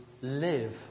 live